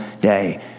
day